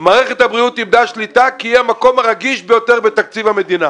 כי היא המקום הרגיש ביותר בתקציב המדינה.